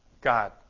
God